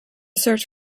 search